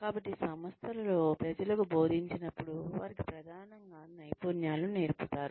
కాబట్టి సంస్థలలో ప్రజలకు బోధించినప్పుడు వారికి ప్రధానంగా నైపుణ్యాలు నేర్పుతారు